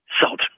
Salt